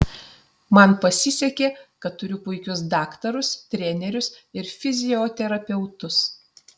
man pasisekė kad turiu puikius daktarus trenerius ir fizioterapeutus